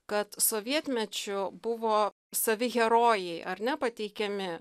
kad sovietmečiu buvo savi herojai ar ne pateikiami